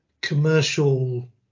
commercial